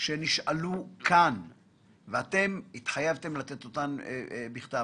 שנשאלו כאן שהתחייבתם לתת עליהן תשובה בכתב,